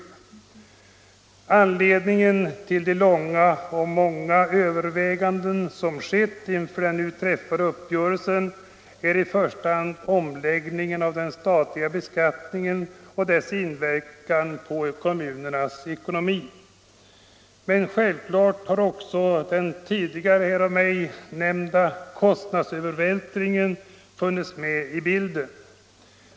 Anledningen till de långa och många överväganden som skett inför den nu träffade uppgörelsen är i första hand omläggningen av den statliga beskattningen och dess inverkan på kommunernas ekonomi. Men självklart har också den tidigare här av mig nämnda kostnadsövervältringen funnits med i bilden.